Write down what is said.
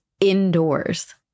indoors